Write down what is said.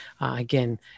again